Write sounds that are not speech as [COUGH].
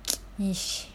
[NOISE] ish